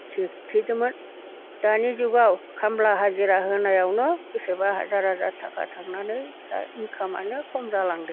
थिखोदोंमोन दानि जुगाव खामला हाजिरा होनायावनो बेसेबां हाजार हाजार थाखा थांनानै दा इन्खामानो खम जालांदो